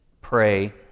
pray